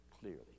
clearly